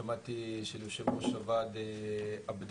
שמעתי את דבריו של יושב ראש הוועד עבדאלה,